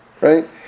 right